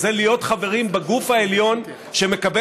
וזה להיות חברים בגוף העליון שמקבל